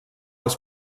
els